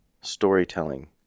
storytelling